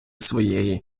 своєї